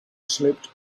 slipped